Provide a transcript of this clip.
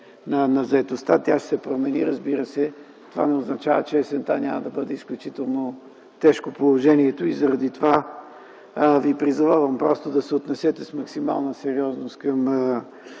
на заетостта. Тя ще се промени. Разбира се, това не означава, че през есента няма да бъде изключително тежко положението. Затова Ви призовавам просто да се отнесете с максимална сериозност към